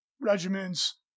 regiments